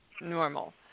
normal